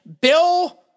Bill